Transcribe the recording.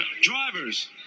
drivers